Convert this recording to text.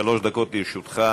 שלוש דקות לרשותך.